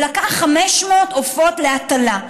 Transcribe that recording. והוא לקח 500 עופות להטלה.